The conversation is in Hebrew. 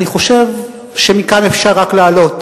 אני חושב שמכאן אפשר רק לעלות,